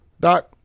Doc